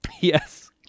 Yes